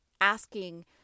asking